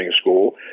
school